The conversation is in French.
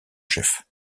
chef